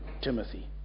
Timothy